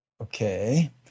Okay